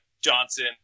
Johnson